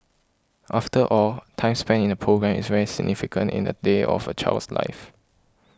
after all time spent in a programme is very significant in a day of a child's life